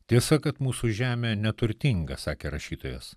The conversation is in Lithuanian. tiesa kad mūsų žemė neturtinga sakė rašytojas